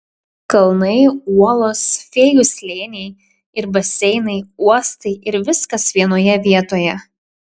kalnai uolos fėjų slėniai ir baseinai uostai ir viskas vienoje vietoje